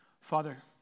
Father